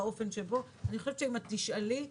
אם תשאלי,